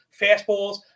fastballs